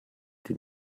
die